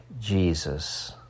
Jesus